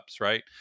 right